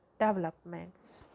developments